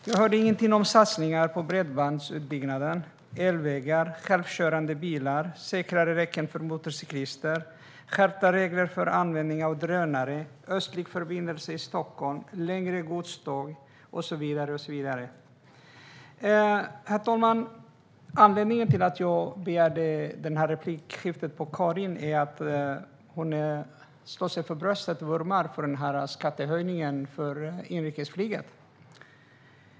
Jag hörde inget om satsningar på bredbandsutbyggnad, elvägar, självkörande bilar, säkrare räcken för motorcyklister, skärpta regler för användning av drönare, en östlig förbindelse i Stockholm, längre godståg och så vidare. Herr talman! Anledningen till att jag begärde replik på Karin är att hon slår sig för bröstet och vurmar för skattehöjningen på inrikesflyget.